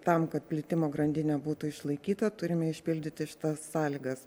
tam kad plitimo grandinė būtų išlaikyta turime išpildyti sąlygas